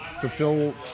fulfill